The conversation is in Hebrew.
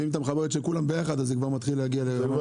ואם אתה מחבר את של כולם ביחד אז זה כבר מתחיל להגיע למקסימום.